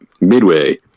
Midway